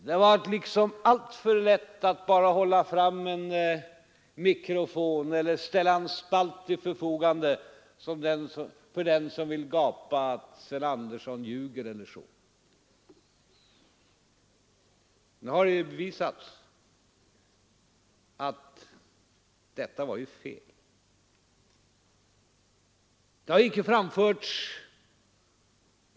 Det har varit alltför lätt att bara hålla fram en mikrofon eller ställa en spalt till förfogande för den som vill gapa: Sven Andersson ljuger! Nu har det bevisats att detta är fel.